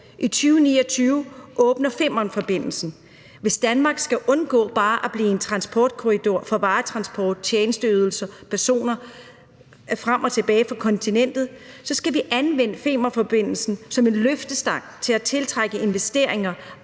I 2029 åbner Femernforbindelsen. Hvis Danmark skal undgå bare at blive en transportkorridor for varetransport, tjenesteydelser, personer frem og tilbage på kontinentet, så skal vi anvende Femernforbindelsen som en løftestang til at tiltrække investeringer,